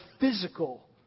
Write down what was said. physical